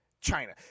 China